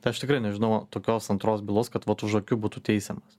tai aš tikrai nežinau tokios antros bylos kad vat už akių būtų teisiamas